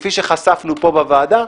כפי שחשפנו פה בוועדה.